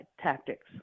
tactics